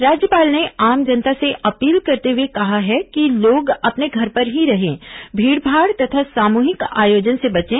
राज्यपाल ने आम जनता से अपील करते हुए कहा है कि लोग अपने घर पर ही रहें भीड़ भाड़ तथा सामूहिक आयोजन से बचे